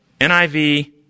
NIV